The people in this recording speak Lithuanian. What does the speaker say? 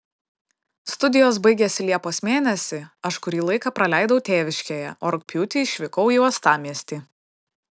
studijos baigėsi liepos mėnesį aš kurį laiką praleidau tėviškėje o rugpjūtį išvykau į uostamiestį